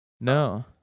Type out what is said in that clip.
No